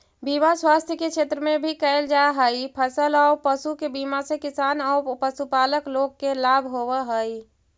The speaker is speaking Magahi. बीमा स्वास्थ्य के क्षेत्र में भी कैल जा हई, फसल औ पशु के बीमा से किसान औ पशुपालक लोग के लाभ होवऽ हई